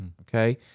Okay